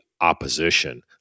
opposition